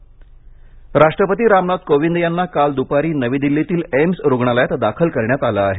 राष्ट्रपती राष्ट्रपती रामनाथ कोविंद यांना काल दुपारी नवी दिल्लीतील एम्स रुग्णालयात दाखल करण्यात आलं आहे